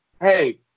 hey